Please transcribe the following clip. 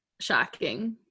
shocking